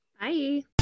Bye